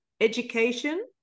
education